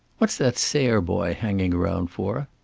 what's that sayre boy hanging around for?